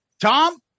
Tom